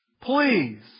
Please